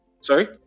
Sorry